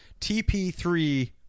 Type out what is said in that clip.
TP3